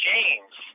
James